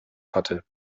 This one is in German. hatte